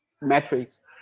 metrics